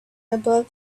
above